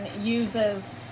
uses